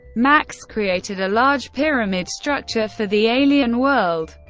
max created a large pyramid structure for the alien world,